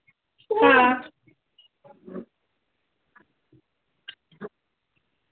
हां